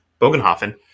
Bogenhofen